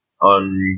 on